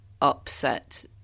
upset